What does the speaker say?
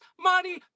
money